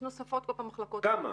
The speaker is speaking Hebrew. יש נוספות במחלקות --- כמה?